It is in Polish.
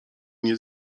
nie